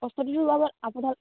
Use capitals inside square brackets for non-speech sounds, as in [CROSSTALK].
[UNINTELLIGIBLE]